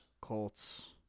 Colts